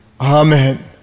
Amen